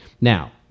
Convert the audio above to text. Now